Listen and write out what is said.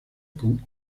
con